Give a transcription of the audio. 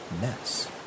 mess